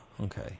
okay